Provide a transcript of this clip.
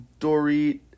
Dorit